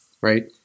Right